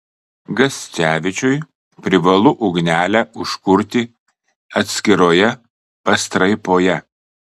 gascevičiui privalu ugnelę užkurti atskiroje pastraipoje